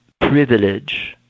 privilege